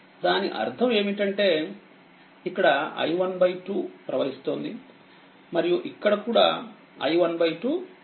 దాని అర్థం ఏమిటంటేఇక్కడ i12ప్రవహిస్తుంది మరియు ఇక్కడ కూడా i12సమర్థవంతంగా ప్రవహిస్తుంది